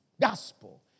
gospel